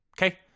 okay